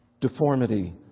Deformity